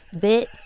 bit